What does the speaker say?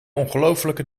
ongelooflijke